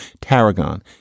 Tarragon